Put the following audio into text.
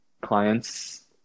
clients